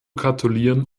gratulieren